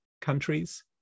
countries